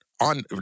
on